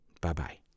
Bye-bye